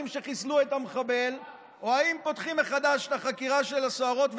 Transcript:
שחיסלו את המחבל או אם פותחים מחדש את החקירה של הסוהרות,